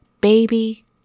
baby